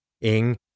Ing